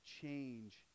change